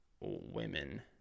women